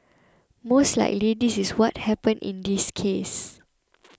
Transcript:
most likely this is what happened in this case